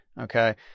Okay